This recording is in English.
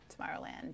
Tomorrowland